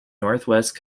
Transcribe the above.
northwest